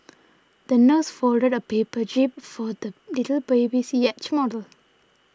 the nurse folded a paper jib for the little boy's yacht model